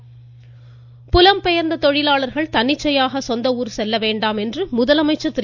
முதலமைச்சர் புலம்பெயா்ந்த தொழிலாளா்கள் தன்னிச்சையாக சொந்தஊர் செல்லவேண்டாம் என்று முதலமைச்சர் திரு